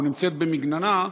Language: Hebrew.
או נמצאת במגננה,